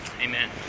Amen